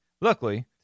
Luckily